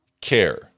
care